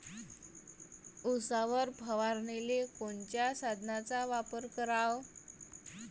उसावर फवारनीले कोनच्या साधनाचा वापर कराव?